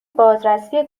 بازرسی